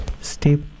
step